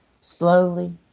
slowly